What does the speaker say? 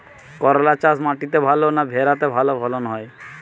করলা চাষ মাটিতে ভালো না ভেরাতে ভালো ফলন হয়?